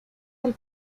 del